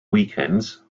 weekends